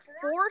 four